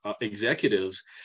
executives